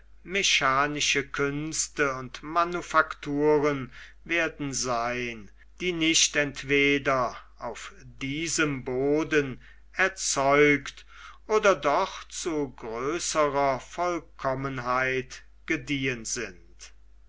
mechanische künste und manufakturen werden sein die nicht entweder auf diesem boden erzeugt oder doch zu größerer vollkommenheit gediehen sind